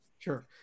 Sure